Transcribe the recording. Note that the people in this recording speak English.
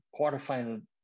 quarterfinal